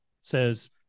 says